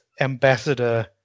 ambassador